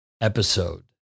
episode